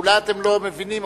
אולי אתם לא מבינים,